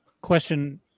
Question